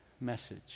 message